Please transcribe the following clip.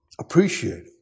appreciate